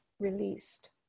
released